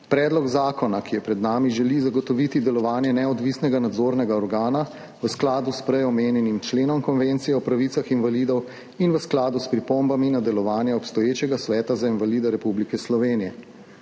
Predlog zakona, ki je pred nami, želi zagotoviti delovanje neodvisnega nadzornega organa v skladu s prej omenjenim členom Konvencije o pravicah invalidov in v skladu s pripombami na delovanje obstoječega Sveta za invalide Republike Slovenije.